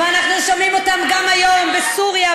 ואנחנו שומעים אותן גם היום בסוריה,